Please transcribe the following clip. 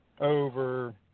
over